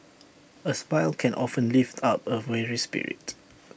A smile can often lift up A weary spirit